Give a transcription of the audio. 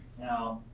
now,